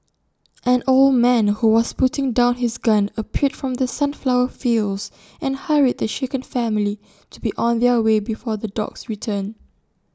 an old man who was putting down his gun appeared from the sunflower fields and hurried the shaken family to be on their way before the dogs return